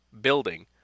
building